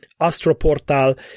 Astroportal